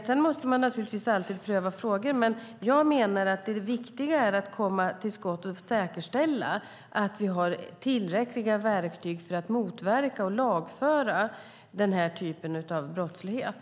Sedan måste man naturligtvis alltid pröva frågor, men jag menar att det viktiga är att säkerställa att vi har tillräckliga verktyg för att motverka och lagföra den här typen av brottslighet.